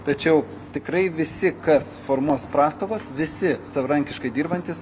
tačiau tikrai visi kas formuos prastovas visi savarankiškai dirbantys